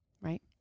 right